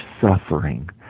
suffering